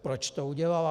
Proč to udělala?